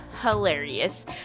hilarious